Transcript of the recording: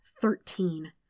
Thirteen